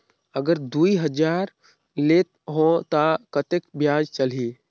अगर दुई हजार लेत हो ता कतेक ब्याज चलही?